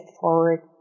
forward